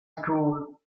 school